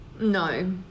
No